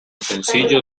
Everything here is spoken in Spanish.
sencillo